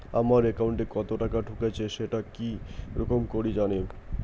আমার একাউন্টে কতো টাকা ঢুকেছে সেটা কি রকম করি জানিম?